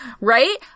Right